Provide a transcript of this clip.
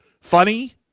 funny